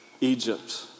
Egypt